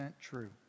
true